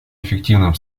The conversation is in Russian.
эффективным